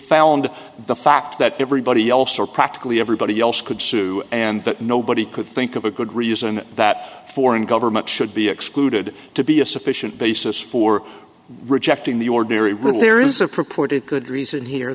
found the fact that everybody else or practically everybody else could sue and that nobody could think of a good reason that foreign government should be excluded to be a sufficient basis for rejecting the ordinary rule there is a purported good reason here